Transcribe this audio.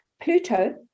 Pluto